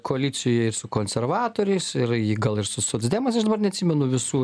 koalicijoj ir su konservatoriais ir jį gal ir su socdemais aš dabar neatsimenu visų